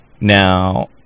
now